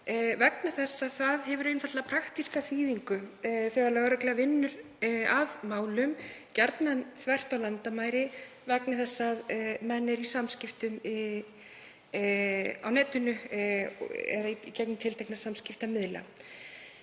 Norðurlanda. Það hefur einfaldlega praktíska þýðingu þegar lögregla vinnur að málum þvert á landamæri vegna þess að menn eru í samskiptum á netinu eða í gegnum tiltekna samskiptamiðla.